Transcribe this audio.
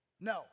No